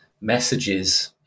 messages